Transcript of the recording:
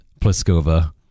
Pliskova